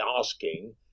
asking